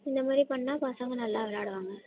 இந்த மாதிரி பண்ணிணா பசங்கள் நல்லா விளாடுவாங்க